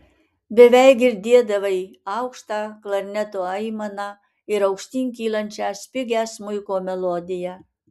beveik girdėdavai aukštą klarneto aimaną ir aukštyn kylančią spigią smuiko melodiją